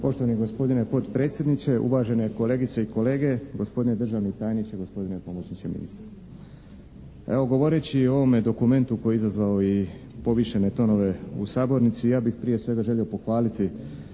Poštovani gospodine potpredsjedniče, uvažene kolegice i kolege, gospodine državni tajniče, gospodine pomoćniče ministra. Evo govoreći o ovome dokumentu koji je izazvao i povišene tonove u sabornici, ja bih prije svega želio pohvaliti